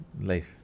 life